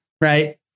Right